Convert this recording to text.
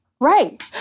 right